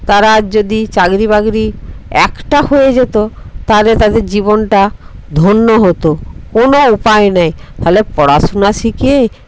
তারা যদি চাকরি বাকরি একটা হয়ে যেত তাহলে তাদের জীবনটা ধন্য হতো কোনো উপায় নেই তাহলে পড়াশুনা শিখে